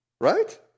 Right